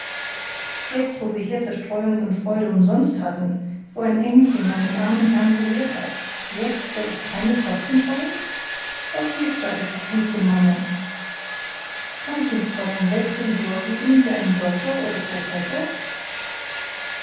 jetzt wo wir hier zerstreuung und freude umsonst hatten wo ein engelchen meinen armen herrn kuriert hat jetzt soll ich keine kosten scheuen was hilft da der verfluchte mammon kann ich dem fräulein sechs louisdors geben wie einem doktor oder professor